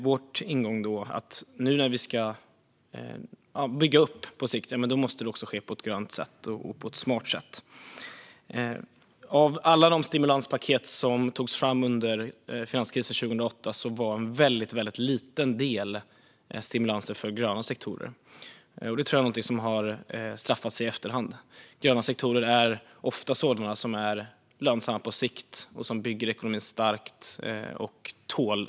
Vår ingång när vi ska bygga upp på sikt är att det måste ske på ett grönt och smart sätt. Av alla de stimulansprogram som togs fram under finanskrisen 2008 var en väldigt liten del stimulanser för gröna sektorer. Det tror jag är någonting som har straffat sig i efterhand. Gröna sektorer är ofta sådana som är lönsamma på sikt och som bygger ekonomin stark och tålig.